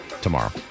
tomorrow